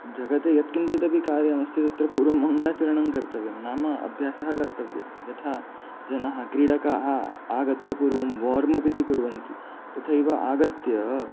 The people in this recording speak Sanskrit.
जगति यत्किञ्चिदपि कार्यमस्ति तत्र पूर्वं मङ्गलाचरणं कर्तव्यं नाम अभ्यासः कर्तव्यः यथा जनाः क्रीडकाः आगत्य पूर्वं वार्म अप् इति कुर्वन्ति तथैव आगत्य